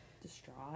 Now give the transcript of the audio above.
distraught